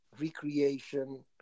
recreation